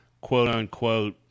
quote-unquote